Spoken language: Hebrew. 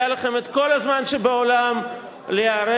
היה לכם כל הזמן שבעולם להיערך.